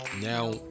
Now